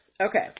okay